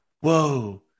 whoa